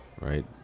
right